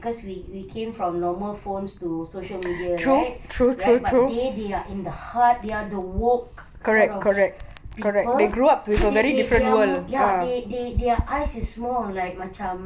cause we we came from normal phones to social media right but they they are in the heart they are the woke sort of people so they they are more they they their eyes is more of like macam